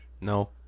No